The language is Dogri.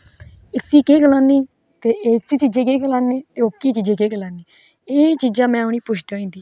इसी केह् गलाने इस चीजे गी केह् गलाने ओह्की चीजे गी केह् गलाने एह् चीजां में उन्हेगी पुच्छदी ही